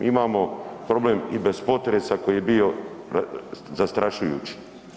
Imamo problem i bez potresa koji je bio zastrašujući.